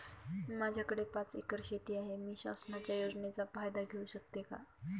माझ्याकडे पाच एकर शेती आहे, मी शासनाच्या योजनेचा फायदा घेऊ शकते का?